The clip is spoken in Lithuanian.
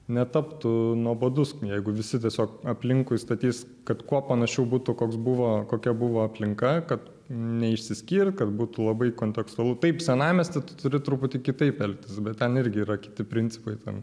netaptų nuobodus jeigu visi tiesiog aplinkui statys kad kuo panašiau būtų koks buvo kokia buvo aplinka kad neišsiskirt kad būtų labai kontekstualu taip senamiesty tu turi truputį kitaip elgtis bet ten irgi yra kiti principai ten